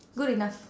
good enough